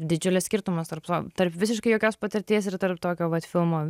didžiulis skirtumas tarp to tarp visiškai jokios patirties ir tarp tokio vat filmo